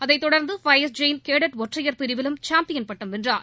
அதைத் தொடர்ந்து பயஸ் ஜெயின் கேடட் ஒற்றையர் பிரிவிலும் அவர் சாம்பியன் பட்டம் வென்றார்